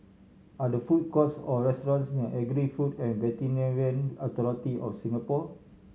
are there food courts or restaurants near Agri Food and Veterinary Authority of Singapore